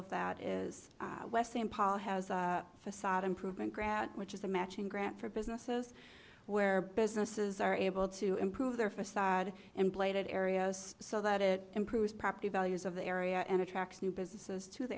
of that is west st paul has a facade improvement grat which is the matching grant for businesses where businesses are able to improve their facade and blighted areas so that it improves property values of the area and attracts new businesses to the